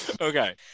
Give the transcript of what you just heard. Okay